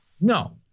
No